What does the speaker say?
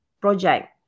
project